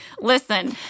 listen